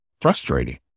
Frustrating